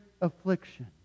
affliction